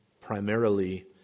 primarily